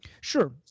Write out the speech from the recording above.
Sure